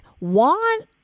want